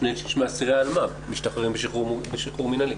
2/3 מאסירי אלמ"ב משתחררים בשחרור מינהלי.